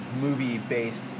movie-based